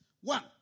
One